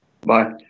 Bye